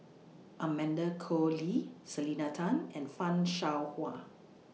Amanda Koe Lee Selena Tan and fan Shao Hua